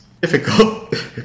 difficult